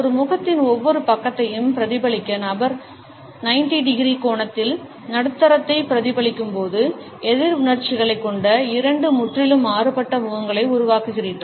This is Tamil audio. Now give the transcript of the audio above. ஒரு முகத்தின் ஒவ்வொரு பக்கத்தையும் பிரதிபலிக்க நபர் 90 டிகிரி கோணத்தில் நடுத்தரத்தை பிரதிபலிக்கும்போது எதிர் உணர்ச்சிகளைக் கொண்ட இரண்டு முற்றிலும் மாறுபட்ட முகங்களை உருவாக்குகிறீர்கள்